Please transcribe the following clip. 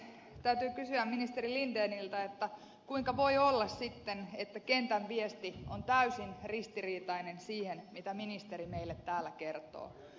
täytyy kysyä ministeri lindeniltä kuinka voi olla sitten että kentän viesti on täysin ristiriitainen siihen nähden mitä ministeri meille täällä kertoo